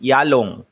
Yalong